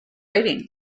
rating